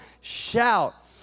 shout